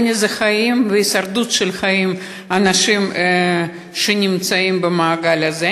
עוני זה חיים והישרדות של אנשים שנמצאים במעגל הזה.